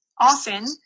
often